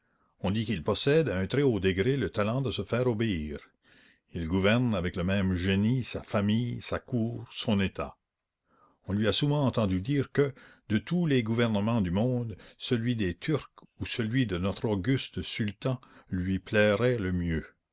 on dit qu'il possède à un très haut degré le talent de se faire obéir il gouverne avec le même génie sa famille sa cour son état on lui a souvent entendu dire que de tous les gouvernements du monde celui des turcs ou celui de notre auguste sultan lui plairoit le mieux